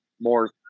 more